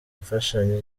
imfashanyo